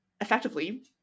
effectively